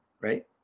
right